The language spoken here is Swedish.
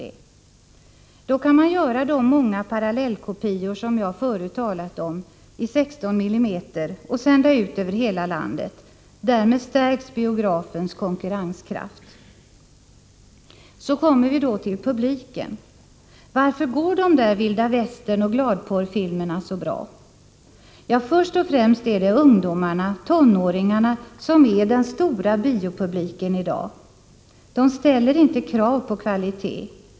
Därmed kan man göra många parallellkopior, som jag förut talade om, i 16 mm och sända ut dem över hela landet. Därmed stärks biografens konkurrenskraft. Så kommer vi till publiken. Varför går vilda västernoch gladporrfilmerna så bra? Ja, det beror först och främst på att det är ungdomarna, tonåringarna, som är den stora biopubliken i dag. De ställer inte krav på kvalitet.